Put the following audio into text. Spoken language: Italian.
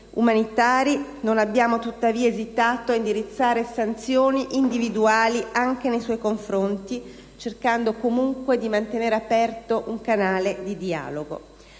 umanitari, non abbiamo esitato ad indirizzare sanzioni individuali anche nei suoi confronti, cercando comunque di mantenere aperto un canale di dialogo.